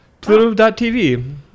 Pluto.tv